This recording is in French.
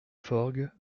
forgues